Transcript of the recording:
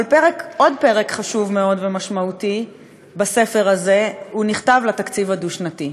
אבל עוד פרק חשוב מאוד ומשמעותי נכתב בספר הזה של התקציב הדו-שנתי.